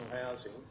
housing